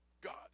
God